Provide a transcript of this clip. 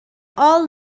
all